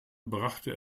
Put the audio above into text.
brachte